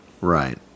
Right